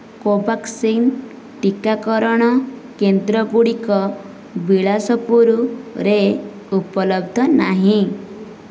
କୋଭ୍ୟାକ୍ସିନ୍ ଟିକାକରଣ କେନ୍ଦ୍ରଗୁଡ଼ିକ ବିଳାସପୁରରେ ଉପଲବ୍ଧ ନାହିଁ